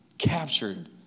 Captured